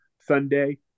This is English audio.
Sunday